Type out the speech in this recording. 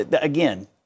again